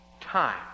time